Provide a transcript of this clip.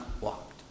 walked